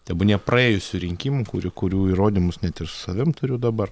tebūnie praėjusių rinkimų kurių kurių įrodymus net ir su savim turiu dabar